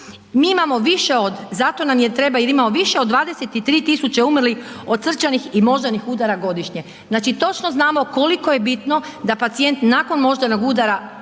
jer imamo više od 23 tisuće umrlih od srčanih i moždanih udara godišnje. Znači točno znamo koliko je bitno da pacijent nakon moždanog udara